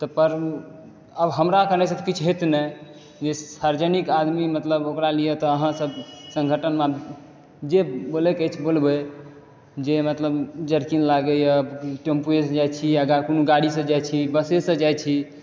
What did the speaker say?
तऽ हमरा कयने से किछु होएत नहि जे सार्वजनिक आदमी मतलब ओकरा लिए तऽ अहाँ सब सङ्गठनमे जे बोलैके अछि बोलबै जे मतलब जर्किंग लागैया टेम्पुए से जाइ छी या गाड़ीसँ जाइ छी बसे सँ जाइ छी